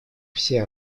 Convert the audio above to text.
все